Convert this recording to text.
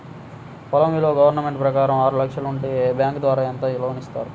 పొలం విలువ గవర్నమెంట్ ప్రకారం ఆరు లక్షలు ఉంటే బ్యాంకు ద్వారా ఎంత లోన్ ఇస్తారు?